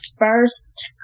first